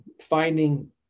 finding